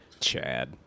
Chad